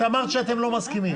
את אמרת שאתם לא מסכימים.